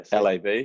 LAB